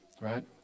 right